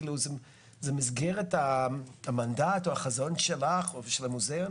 האם זה במסגרת המנדט או החזון שלך או של המוזיאון